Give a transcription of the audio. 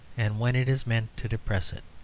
and when it is meant to depress it.